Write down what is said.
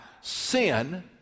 sin